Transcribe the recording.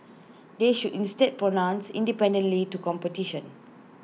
they should instead pronounce independently to competition